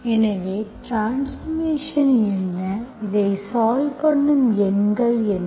எனவே ட்ரான்ஸ்பார்மேஷன் என்ன இதைத் சால்வ் பண்ணும் எண்கள் என்ன